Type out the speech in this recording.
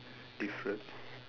difference